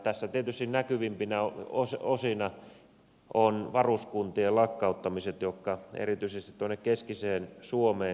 tässä tietysti näkyvimpinä osina ovat varuskuntien lakkauttamiset jotka erityisesti tuonne keskiseen suomeen kolhaisivat